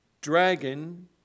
Dragon